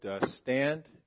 stand